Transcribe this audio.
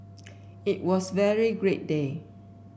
it was very great day